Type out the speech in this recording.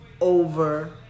over